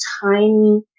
tiny